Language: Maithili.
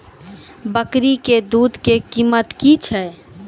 बकरी के दूध के कीमत की छै?